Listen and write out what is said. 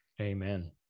Amen